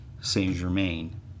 Saint-Germain